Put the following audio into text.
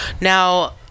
Now